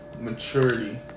Maturity